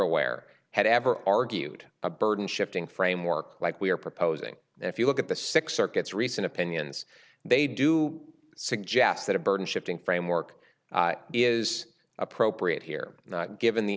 aware had ever argued a burden shifting framework like we're proposing if you look at the six circuits recent opinions they do suggest that a burden shifting framework is appropriate here not given the